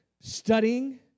studying